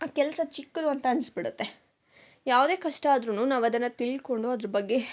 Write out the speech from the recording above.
ಆ ಕೆಲಸ ಚಿಕ್ಕದು ಅಂತ ಅನಿಸ್ಬಿಡುತ್ತೆ ಯಾವುದೇ ಕಷ್ಟ ಆದ್ರೂ ನಾವು ಅದನ್ನು ತಿಳ್ಕೊಂಡು ಅದ್ರ ಬಗ್ಗೆ